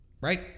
right